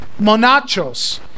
monachos